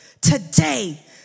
today